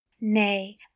Nay